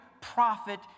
prophet